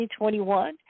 2021